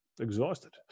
exhausted